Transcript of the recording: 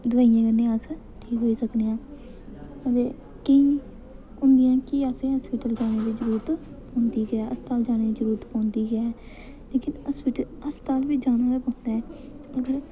देसी दोआइयां कन्नै अस ठीक होई सकने आं अगर लेकिन एह् होंदा ऐ कि असें हास्पिटल बी जानें दी जरूरत पौंदी गै अस्पताल जानें दी जरूरत पौंदी गै लेकिन हास्पिटल अस्पताल बी जाना पौंदा ऐ